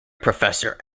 professor